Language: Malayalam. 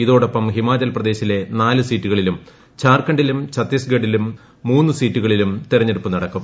ഇതോടൊപ്പം ഹിമാചൽ പ്രദേശിലെ നാല് സീറ്റുകളിലും ജാർഖണ്ഡിലും ഛണ്ഡിഗഡിലും മൂന്ന് സീറ്റുകളിലും തെരഞ്ഞെടുപ്പ് നടക്കും